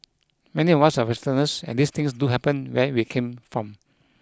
many of us are Westerners and these things do happen where we come from